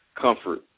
comfort